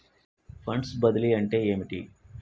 Funds బదిలీ అంటే ఏమిటి?